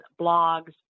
blogs